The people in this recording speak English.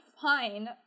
fine